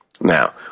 Now